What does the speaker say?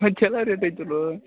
ಹಾಂ ಚಲೋ ರೇಟ್ ಐತಿಲ್ಲೋ